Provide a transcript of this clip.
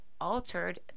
altered